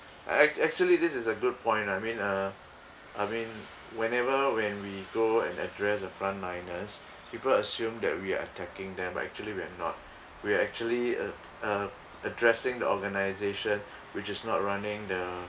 act~ actually this is a good point I mean uh I mean whenever when we go and address a front liners people assume that we're attacking them but actually we are not we are actually uh uh addressing the organization which is not running the